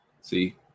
See